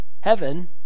Heaven